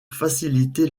faciliter